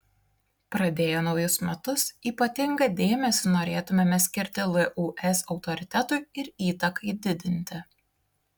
pradėję naujus metus ypatingą dėmesį norėtumėme skirti lūs autoritetui ir įtakai didinti